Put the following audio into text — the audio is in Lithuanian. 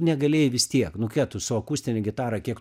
negalėjai vis tiek nu ką tu su akustine gitara kiek tu